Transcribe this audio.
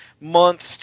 months